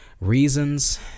reasons